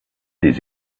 des